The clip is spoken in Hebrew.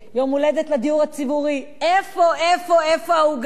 יום הולדת לדיור הציבורי: איפה איפה איפה העוגה,